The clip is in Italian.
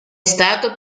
stato